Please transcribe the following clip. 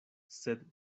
sed